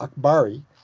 Akbari